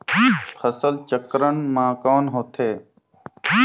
फसल चक्रण मा कौन होथे?